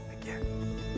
again